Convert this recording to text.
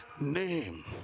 name